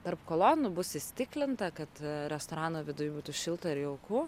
tarp kolonų bus įstiklinta kad restorano viduj būtų šilta ir jauku